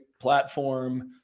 platform